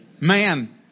Man